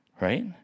Right